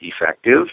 effective